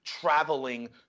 traveling